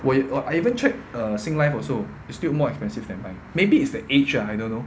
我有 I I even check singlife also is still more expensive than mine maybe is the age ah I don't know